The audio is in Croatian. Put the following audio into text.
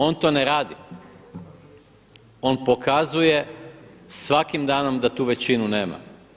On to ne radi, on pokazuje svakim danom da tu većinu nema.